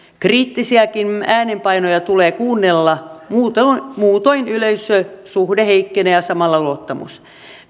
kriittisiäkin äänenpainoja tulee kuunnella muutoin muutoin yleisösuhde heikkenee ja samalla luottamus